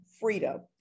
Freedom